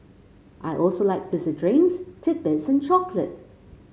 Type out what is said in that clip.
I also like fizzy drinks titbits and chocolate